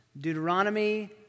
Deuteronomy